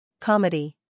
Comedy